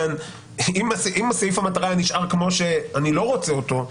אם סעיף המטרה היה נשאר כמו שאני לא רוצה אותו,